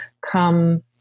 come